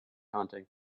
hunting